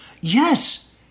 Yes